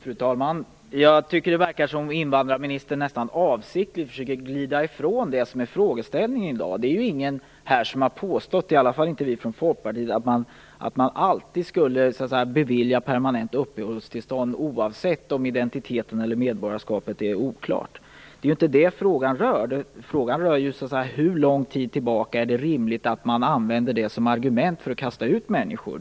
Fru talman! Jag tycker det verkar som om invandrarministern nästan avsiktligt försöker glida ifrån dagens frågeställning. Det är ingen här som har påstått, i alla fall inte vi från Folkpartiet, att man alltid skulle bevilja permanenta uppehållstillstånd oavsett om det råder oklarhet om identiteten eller medborgarskapet. Det är inte det frågan rör. Frågan rör hur långt tillbaka i tiden det är rimligt att gå när det gäller att använda detta som ett argument för att kasta ut människor.